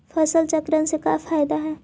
फसल चक्रण से का फ़ायदा हई?